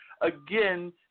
again